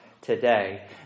today